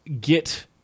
get